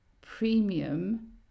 premium